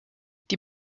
die